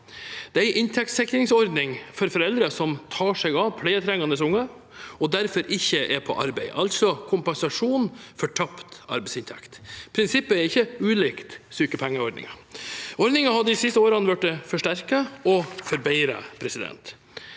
Det er en inntektssikringsordning for foreldre som tar seg av pleietrengende unger og derfor ikke er på arbeid, altså kompensasjon for tapt arbeidsinntekt. Prinsippet er ikke ulikt sykepengeordningen. Ordningen har de siste årene blitt forsterket og forbedret. Jeg mener